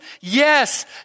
Yes